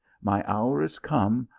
my hour is come.